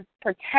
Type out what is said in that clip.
protect